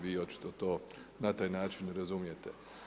Vi očito to na taj način razumijete.